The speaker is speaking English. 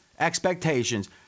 expectations